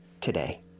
today